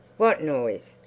what noise?